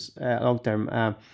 long-term